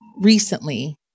recently